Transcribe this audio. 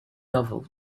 novel